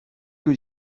que